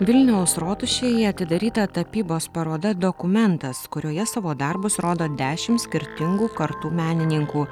vilniaus rotušėje atidaryta tapybos paroda dokumentas kurioje savo darbus rodo dešimt skirtingų kartų menininkų